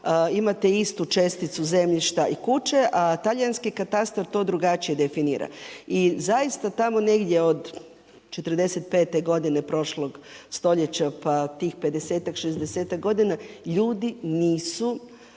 imate istu česticu zemljišta i kući, a talijanski katastra to drugačije definira. I zaista, tamo negdje od '45 godine prošlog stoljeća, pa tih 50-tak, 60-tak godina ljudi nisu